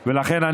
ולכן,